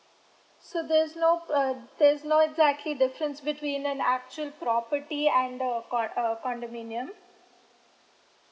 so there's no uh there's no exactly difference between an actual property and a co~ uh condominium